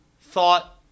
thought